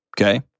Okay